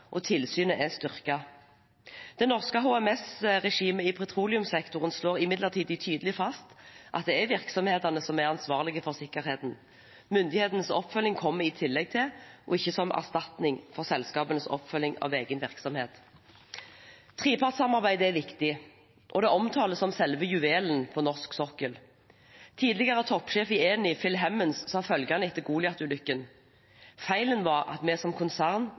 og tilsynet er styrket. Det norske HMS-regimet i petroleumssektoren slår imidlertid tydelig fast at det er virksomhetene som er ansvarlige for sikkerheten. Myndighetenes oppfølging kommer i tillegg til – og ikke som erstatning for – selskapenes oppfølging av egen virksomhet. Trepartssamarbeidet er viktig, og det omtales som selve juvelen på norsk sokkel. Phil Hemmens, tidligere toppsjef i Eni, sa følgende etter Goliat-ulykken: «Feilen var at vi som konsern